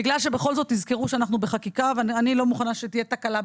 בגלל שבכל זאת תזכרו שאנחנו בחקיקה ואני לא מוכנה שתהיה תקלה.